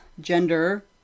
gender